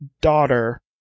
daughter